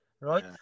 right